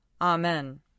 Amen